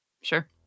Sure